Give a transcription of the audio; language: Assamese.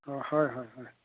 অ হয় হয় হয়